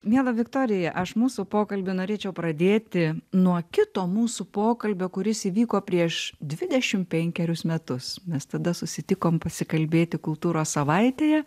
miela viktorija aš mūsų pokalbį norėčiau pradėti nuo kito mūsų pokalbio kuris įvyko prieš dvidešimt penkerius metus mes tada susitikom pasikalbėti kultūros savaitėje